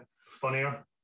funnier